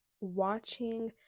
watching